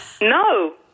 No